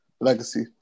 legacy